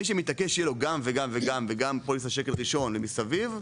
מי שמתעקש שיהיה לו גם וגם וגם וגם פוליסת שקל ראשון ומסביב,